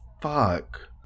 fuck